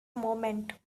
movement